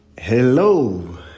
Hello